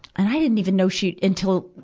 and i didn't even know she, until,